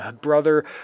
brother